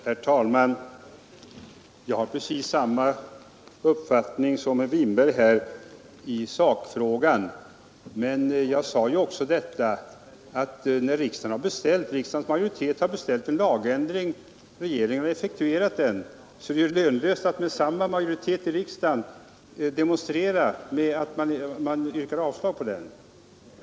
Herr talman! Jag har precis samma uppfattning som herr Winberg i sakfrågan. Men jag sade också i mitt anförande, att när riksdagens majoritet beställt en lagändring och regeringen effektuerat den, är det lönlöst att med samma majoritet i riksdagen demonstrera genom att yrka avslag.